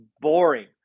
boring